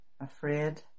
afraid